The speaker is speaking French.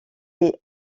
les